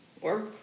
Work